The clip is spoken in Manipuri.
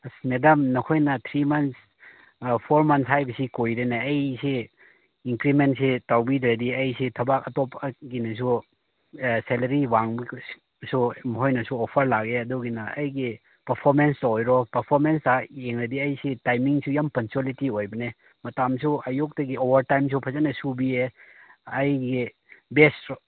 ꯑꯁ ꯃꯦꯗꯥꯝ ꯅꯈꯣꯏꯅ ꯊ꯭ꯔꯤ ꯃꯟꯁ ꯐꯣꯔ ꯃꯟꯁ ꯍꯥꯏꯕꯁꯤ ꯀꯨꯏꯔꯦꯅꯦ ꯑꯩꯁꯤ ꯏꯟꯀ꯭ꯔꯤꯃꯦꯟꯁꯤ ꯇꯧꯕꯤꯗ꯭ꯔꯗꯤ ꯑꯩꯁꯤ ꯊꯕꯛ ꯑꯇꯣꯞꯄꯒꯤꯅꯁꯨ ꯁꯦꯂꯔꯤ ꯋꯥꯡꯕꯒꯤꯁꯨ ꯃꯈꯣꯏꯅꯁꯨ ꯑꯣꯐꯔ ꯂꯥꯛꯑꯦ ꯑꯗꯨꯒꯤꯅ ꯑꯩꯒꯤ ꯄꯔꯐꯣꯔꯃꯦꯟꯁꯇ ꯑꯣꯏꯔꯣ ꯄꯔꯐꯣꯔꯃꯦꯟꯁꯇ ꯌꯦꯡꯉꯗꯤ ꯑꯩꯁꯦ ꯇꯥꯏꯃꯤꯡꯁꯨ ꯌꯥꯝ ꯄꯥꯡꯆꯨꯌꯦꯂꯤꯇꯤ ꯑꯣꯏꯕꯅꯦ ꯃꯇꯝꯁꯨ ꯑꯌꯨꯛꯇꯒꯤ ꯑꯋꯥꯔ ꯇꯥꯏꯝꯁꯨ ꯐꯖꯅ ꯁꯨꯕꯤꯌꯦ ꯑꯩꯒꯤ ꯕꯦꯁꯁꯨ